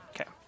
Okay